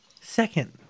second